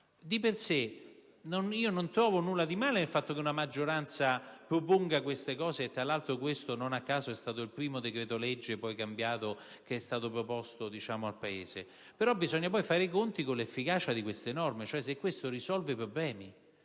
Di per sé non trovo nulla di male nel fatto che una maggioranza proponga tali questioni (tra l'altro questo non a caso è stato il primo decreto-legge, poi cambiato, che è stato proposto al Paese), però poi bisogna fare i conti con l'efficacia di queste norme, cioè se si risolvono i problemi: